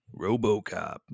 Robocop